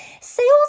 sales